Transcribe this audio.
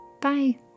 Bye